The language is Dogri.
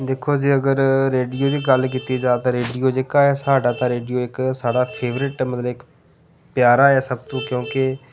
दिक्खो जी अगर रेडियो दी गल्ल कीती जाए रेडियो जेह्का ऐ साढ़ा ते रेडियो इक साढ़ा फेवरट ऐ प्यारा ऐ सब तूं क्योंकि